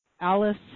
Alice